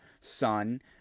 son